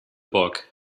book